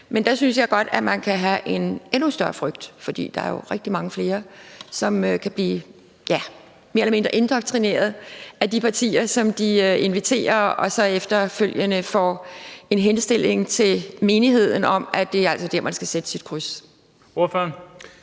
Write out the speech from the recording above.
men der synes jeg godt, man kan have en endnu større frygt, fordi der jo er rigtig mange flere, som kan blive mere eller mindre indoktrineret af de partier, som de inviterer, og efterfølgende får menigheden så en henstilling om, at det altså er dér, man skal sætte sit kryds. Kl.